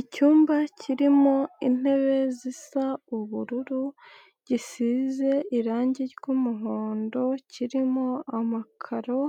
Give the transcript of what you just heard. Icyumba kirimo intebe zisa ubururu gisize irangi ry'umuhondo, kirimo amakaro